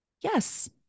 Yes